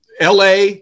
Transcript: LA